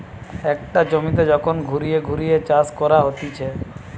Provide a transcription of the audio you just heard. একটা জমিতে যখন ঘুরিয়ে ঘুরিয়ে চাষ করা হতিছে